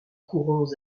courons